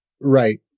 Right